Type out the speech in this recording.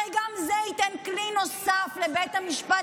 הרי גם זה ייתן כלי נוסף לבית המשפט